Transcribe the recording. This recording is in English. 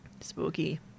spooky